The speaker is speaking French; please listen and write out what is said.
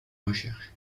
recherche